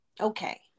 Okay